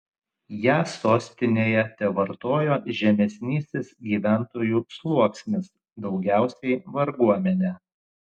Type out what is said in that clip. ją sostinėje tevartojo žemesnysis gyventojų sluoksnis daugiausiai varguomenė